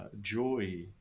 joy